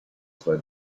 zwei